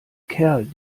kerl